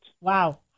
Wow